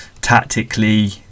tactically